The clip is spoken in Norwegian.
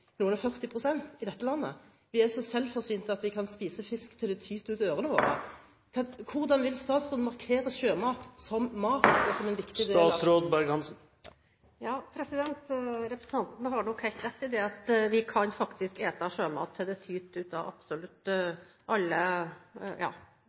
noen og førti prosent i dette landet? Vi er så selvforsynt at vi kan spise fisk til det tyter ut av ørene våre. Hvordan vil statsråden markere sjømat som mat og som en viktig del av kostholdet? Representanten har nok helt rett i at vi kan faktisk spise sjømat til det tyter ut av absolutt